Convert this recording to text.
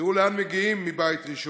תראו לאן מגיעים מ"בית ראשון".